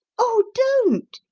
oh, don't!